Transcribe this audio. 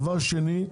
דבר שני,